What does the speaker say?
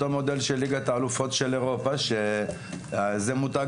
אותו מודל של ליגת האלופות של אירופה שזה מותג